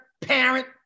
parent